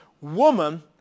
Woman